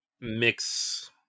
mix